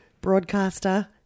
broadcaster